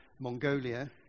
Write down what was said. Mongolia